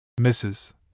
Mrs